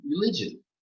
religion